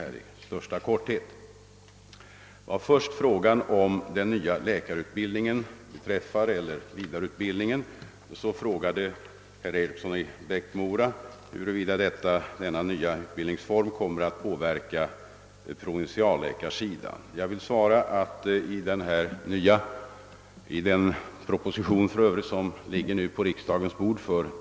Vad först beträffar frågan om den nya vidareutbildningen av läkare frågade herr Eriksson i Bäckmora huruvida denna nya utbildningsform kommer att påverka förhållandena inom provinsialläkarområdet. Jag vill svara att det i den proposition, som nu för övrigt ligger för behandling på riksda.